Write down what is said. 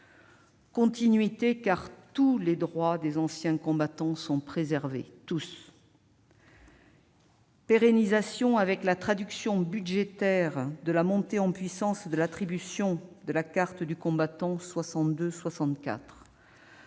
Continuité, car tous les droits des anciens combattants sont préservés. Tous ! Pérennisation, avec la traduction budgétaire de la montée en puissance de l'attribution de la carte du combattant « 62-64 »